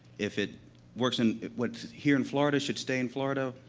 if it works in what's here in florida should stay in florida,